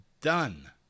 done